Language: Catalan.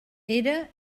era